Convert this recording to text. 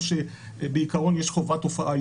לפני שיש הסכמה כתובה של הבעל לדון על פי סעיף 9?